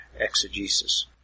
exegesis